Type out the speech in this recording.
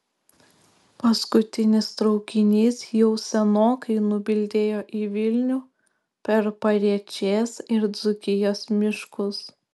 paskutinis traukinys jau senokai nubildėjo į vilnių per pariečės ir dzūkijos miškus